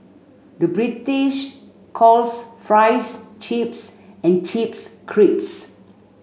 the British calls fries chips and chips crisps